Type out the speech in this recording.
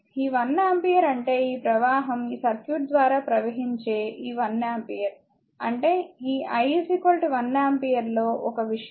ఈ 1 ఆంపియర్ అంటే ఈ ప్రవాహం ఈ సర్క్యూట్ ద్వారా ప్రవహించే ఈ 1 ఆంపియర్ అంటే ఈ i 1 ఆంపియర్ లో ఒక విషయం